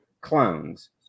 clones